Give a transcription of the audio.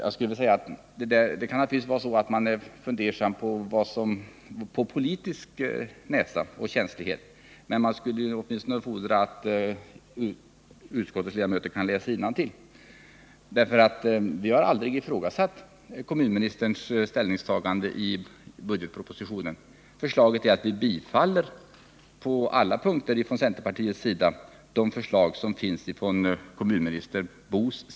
Jag skulle vilja säga att man i det här sammanhanget nog mera har gått på känslan för vad som är politiskt gångbart, men man borde kunna fordra av utskottets ledamöter att de åtminstone kan läsa innantill. Vi har nämligen aldrig ifrågasatt kommunministerns ställningstaganden i budgetpropositionen, och från centerpartiets sida tillstyrker vi på alla punkter de förslag i propositionen som lämnats av kommunminister Boo.